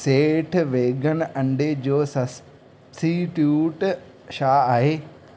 सेठ वेगन अंडे जो सस सब्स्टीट्यूट छा आहे